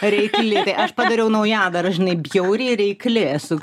reikli tai aš padariau naujadarą žinai bjauri ir reikli esu